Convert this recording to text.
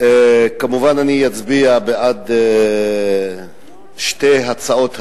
כמובן אני אצביע בעד שתי הצעות האי-אמון,